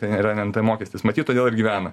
ten yra nt mokestis matyt todėl ir gyvena